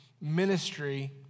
ministry